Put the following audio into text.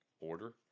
order